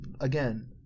again